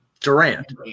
Durant